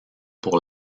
pour